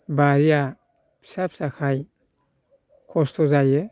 बारिया फिसा फिसाखाय खस्त' जायो